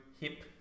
hip